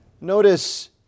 Notice